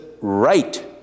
right